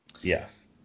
Yes